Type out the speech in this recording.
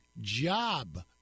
job